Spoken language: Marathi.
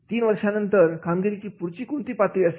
तीन वर्षानंतर कामगिरीची पुढची कोणती पातळी असेल